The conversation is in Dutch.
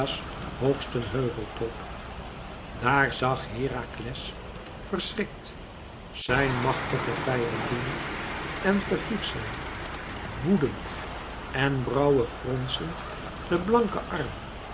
hoogsten heuveltop daar zag herakles verschrikt zijn machtige vijandin en verhief zij woedend en brauwefronsend den blanken arm